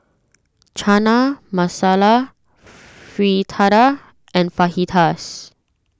Chana Masala Fritada and Fajitas